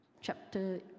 Chapter